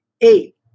Eight